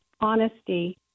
honesty